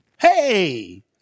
Hey